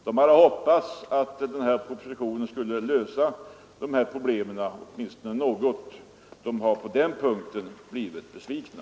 De hade hoppats att propositionen skulle lösa dessa problem åtminstone i någon utsträckning. På den punkten har de blivit besvikna.